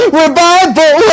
revival